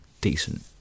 Decent